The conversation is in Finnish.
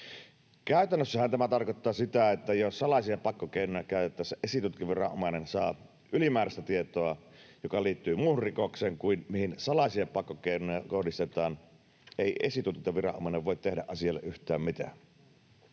Käytännössähän tämä tarkoittaa sitä, että jos salaisia pakkokeinoja käytettäessä esitutkintaviranomainen saa ylimääräistä tietoa, joka liittyy muuhun rikokseen kuin siihen, mihin salaisia pakkokeinoja kohdistetaan, ei esitutkintaviranomainen voi tehdä asialle yhtään mitään.